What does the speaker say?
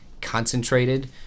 concentrated